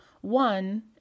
one